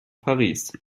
paris